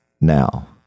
now